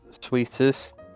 sweetest